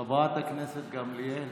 חברת הכנסת גמליאל,